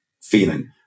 feeling